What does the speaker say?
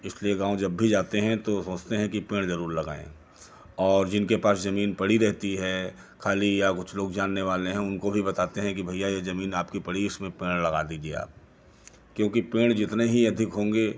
इसलिए गाँव जब भी जाते हैं तो सोचते हैं कि एक पेड़ जरुर लगाएं और जिनके पास जमीन पड़ी रहती है खाली या कुछ लोग जानने वाले हैं उनको भी बताते हैं कि भईया ये जमीन आपकी पड़ी इसमें पेड़ लगा दीजिए आप क्योंकि पेड़ जितने ही अधिक होंगे